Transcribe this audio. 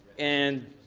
and